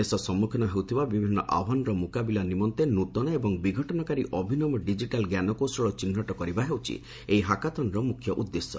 ଦେଶ ସମ୍ମୁଖୀନ ହେଉଥିବା ବିଭିନ୍ନ ଆହ୍ୱାନର ମୁକାବିଲା ନିମନ୍ତେ ନୃତନ ଏବଂ ବିଘଟନକାରୀ ଅଭିନବ ଡିକିଟାଲ୍ ଞ୍ଜାନକୌଶଳ ଚିହ୍ଟ କରିବା ହେଉଛି ଏହି ହାକାଥନ୍ର ମ୍ରଖ୍ୟ ଉଦ୍ଦେଶ୍ୟ